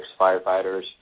firefighters